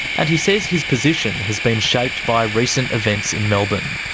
and he says his position has been shaped by recent events in melbourne,